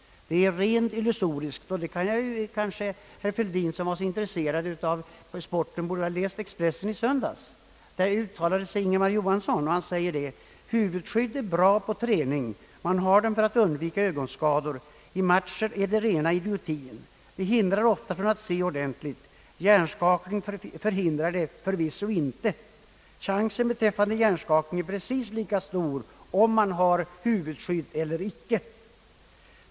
Det är rent illusoriskt. Herr Fälldin, som är så intresserad av boxningssporten borde ha läst Expressen i söndags. Där uttalade sig Ingemar Johansson. Han sade: »Huvudskydd är bra på träning. Man har dem för att undvika ögonskador. I matcher är de ren idioti. De hindrar ofta från att se ordentligt — hjärnskakning förhindrar de förvisso inte. Chansen beträffande hjärnskakning är precis lika stor om man har huvudskydd eller ej.